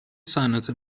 صنعت